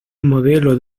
modelo